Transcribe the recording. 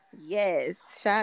Yes